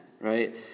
right